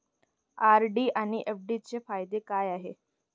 RD आणि FD यांचे फायदे काय आहेत?